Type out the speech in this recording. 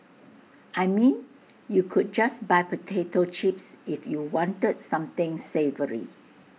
I mean you could just buy potato chips if you wanted something savoury